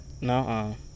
No